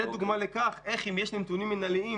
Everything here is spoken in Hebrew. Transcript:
זו דוגמה לכך שכשיש נתונים מינהליים,